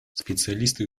специалисты